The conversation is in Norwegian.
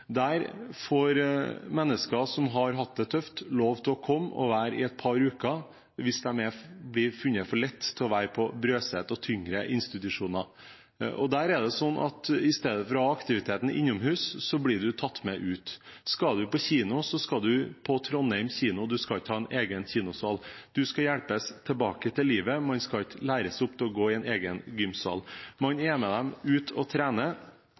Der får mennesker som har hatt det tøft, lov til å komme og være i et par uker hvis de blir funnet for lette til å være på Brøset og tyngre institusjoner. Der er det slik at istedenfor å ha aktiviteten innomhus, blir en tatt med ut. Skal en på kino, skal en på Trondheim kino, en skal ikke ha en egen kinosal. En skal hjelpes tilbake til livet. Man skal ikke læres opp til å gå i en egen gymsal. Man er med dem ut og